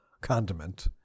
condiment